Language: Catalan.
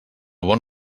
bon